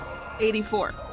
84